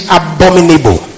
abominable